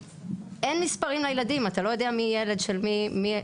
אין מספרים לילדים, אתה לא יודע מי ילד של מי.